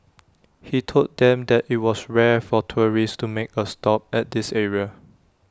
he told them that IT was rare for tourists to make A stop at this area